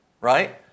right